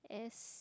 S